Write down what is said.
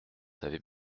savez